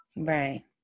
Right